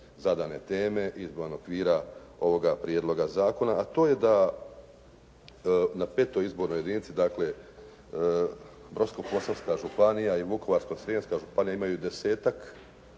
zadane teme, izvan okvira ovoga prijedloga zakona, a to je da na 5. izbornoj jedinici dakle Brodsko-Posavska županija i Vukovarsko-Srijemska županija imaju desetak